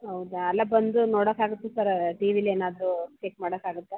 ಹೌದಾ ಅಲ್ಲ ಬಂದು ನೋಡಕ್ಕೆ ಆಗುತ್ತಾ ಸರ್ ಟಿ ವಿಲಿ ಏನಾದ್ರೂ ಚೆಕ್ ಮಾಡಕ್ಕೆ ಆಗುತ್ತಾ